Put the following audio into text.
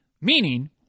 meaning